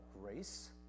grace